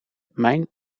mijn